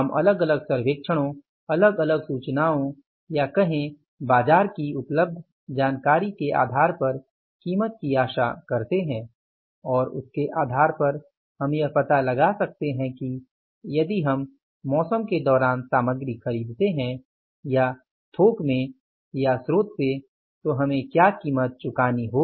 हम अलग अलग सर्वेक्षणों अलग अलग सूचनाओं या कहें बाजार की उपलब्ध जानकारी के आधार पर कीमत की आशा करते हैं और उसके आधार पर हम यह पता लगा सकते हैं कि यदि हम मौसम के दौरान सामग्री खरीदते हैं या थोक में या स्रोत से तो हमें क्या कीमत चुकानी होगी